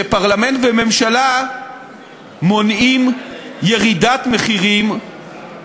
שפרלמנט וממשלה מונעים ירידת מחירים